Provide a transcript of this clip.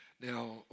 Now